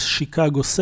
Chicago